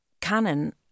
Canon